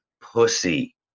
pussy